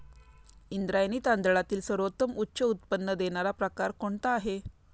इंद्रायणी तांदळातील सर्वोत्तम उच्च उत्पन्न देणारा प्रकार कोणता आहे?